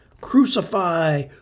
Crucify